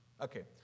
Okay